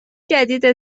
جدید